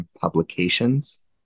Publications